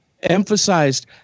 emphasized